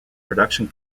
production